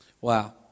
Wow